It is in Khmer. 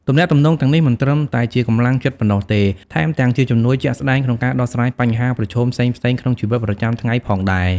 ទំនាក់ទំនងទាំងនេះមិនត្រឹមតែជាកម្លាំងចិត្តប៉ុណ្ណោះទេ ថែមទាំងជាជំនួយជាក់ស្ដែងក្នុងការដោះស្រាយបញ្ហាប្រឈមផ្សេងៗក្នុងជីវិតប្រចាំថ្ងៃផងដែរ ។